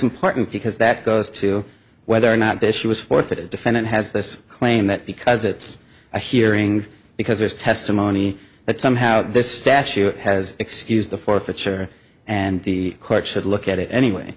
important because that goes to whether or not the issue is for the defendant has this claim that because it's a hearing because there's testimony that somehow this statute has excused the forfeiture and the court should look at it